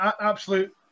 absolute